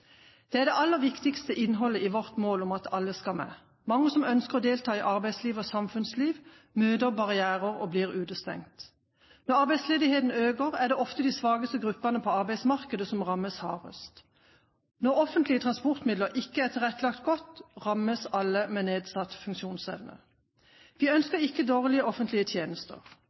Det er det aller viktigste innholdet i vårt mål om at «alle skal med». Mange som ønsker å delta i arbeidsliv og samfunnsliv, møter barrierer og blir utestengt. Når arbeidsledigheten øker, er det ofte de svakeste gruppene på arbeidsmarkedet som rammes hardest. Når offentlige transportmidler ikke er tilrettelagt godt, rammes alle med nedsatt funksjonsevne. Vi ønsker ikke dårlige offentlige tjenester.